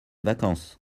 vacances